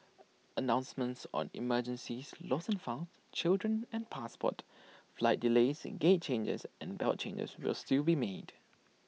announcements on emergencies lost and found children and passports flight delays gate changes and belt changes will still be made